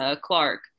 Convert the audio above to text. clark